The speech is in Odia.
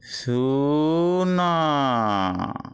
ଶୂନ